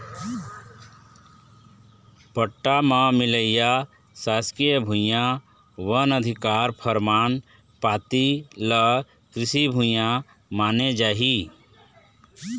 पट्टा म मिलइया सासकीय भुइयां, वन अधिकार परमान पाती ल कृषि भूइया माने जाही